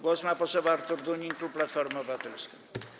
Głos ma poseł Artur Dunin, klub Platforma Obywatelska.